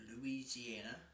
Louisiana